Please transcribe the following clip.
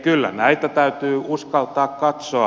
kyllä näitä täytyy uskaltaa katsoa